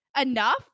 enough